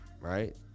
right